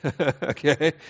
okay